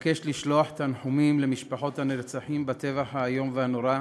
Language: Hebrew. אבקש לשלוח תנחומים למשפחות הנרצחים בטבח האיום והנורא,